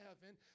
heaven